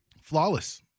flawless